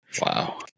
Wow